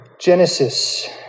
Genesis